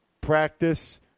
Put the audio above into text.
practice